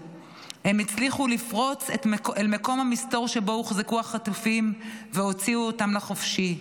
הצליחו לפרוץ אל מקום המסתור שבו הוחזקו החטופים והוציאו אותם לחופשי.